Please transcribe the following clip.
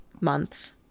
months